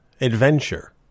adventure